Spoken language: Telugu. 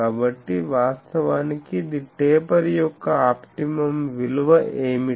కాబట్టి వాస్తవానికి ఇది టేపర్ యొక్క ఆప్టిమమ్ విలువ ఏమిటి